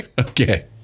Okay